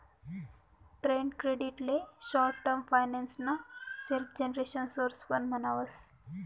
trade credit ले short term finance ना self generation source पण म्हणावस